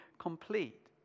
complete